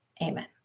Amen